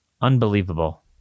Unbelievable